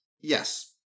Yes